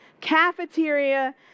cafeteria